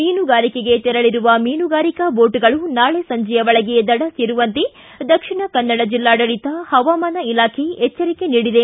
ಮೀನುಗಾರಿಕೆಗೆ ತೆರಳರುವ ಮೀನುಗಾರಿಕಾ ಬೋಟುಗಳು ನಾಳೆ ಸಂಜೆಯ ಒಳಗೆ ದಡ ಸೇರುವಂತೆ ದಕ್ಷಿಣ ಕನ್ನಡ ಜಿಲ್ಲಾಡಳಿತ ಮತ್ತು ಹವಾಮಾನ ಇಲಾಖೆ ಎಚ್ಚರಿಕೆ ನೀಡಿದೆ